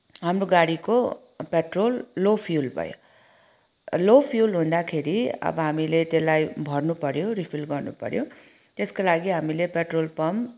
हाम्रो गाडीको petrol low fuel भयो लो फ्युल हुँदाखेरि अब हामीले त्यसलाई भर्नुपऱ्यो रिफिल गर्नुपऱ्यो त्यसको लागि हामीले पेट्रोल पम्प